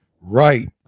Right